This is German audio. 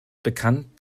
bekannt